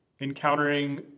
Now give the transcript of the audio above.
encountering